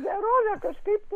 gerovę kažkaip